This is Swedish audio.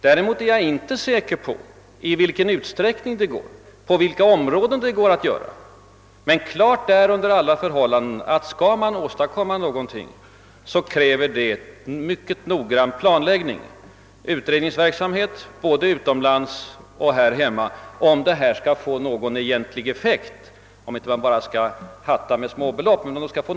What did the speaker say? Däremot är jag inte säker på i vilken utsträckning och på vilka områden detta kan ske. Klart är under alla förhållanden att det krävs mycket noggran planering och utredningar både utomlands och här hemma, om denna verksamhet skall få någon verklig effekt och om man inte bara skall »hatta» med småbelopp.